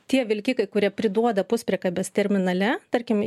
tie vilkikai kurie priduoda puspriekabes terminale tarkim